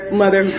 mother